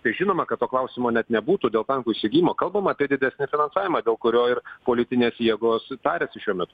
tai žinoma kad to klausimo net nebūtų dėl tankų įsigijimo kalbam apie didesnį finansavimą dėl kurio ir politinės jėgos tariasi šiuo metu